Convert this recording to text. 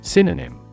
Synonym